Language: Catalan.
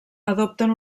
adopten